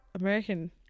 American